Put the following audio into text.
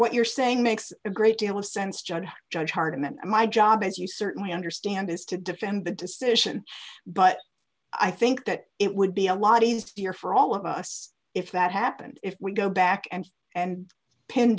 what you're saying makes a great deal of sense just to judge hartmann my job as you certainly understand is to defend the decision but i think that it would be a lot is dear for all of us if that happened if we go back and and pin